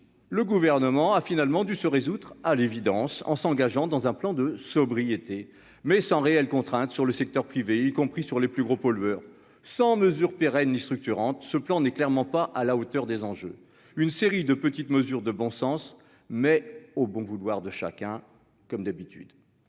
le gouvernement a finalement dû se résoudre à l'évidence en s'engageant dans un plan de sobriété mais sans réelle contrainte sur le secteur privé, y compris sur les plus gros pollueurs sans mesures pérennes structurante, ce plan n'est clairement pas à la hauteur des enjeux, une série de petites mesures de bon sens, mais au bon vouloir de chacun, comme d'habitude